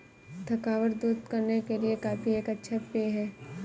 थकावट दूर करने के लिए कॉफी एक अच्छा पेय है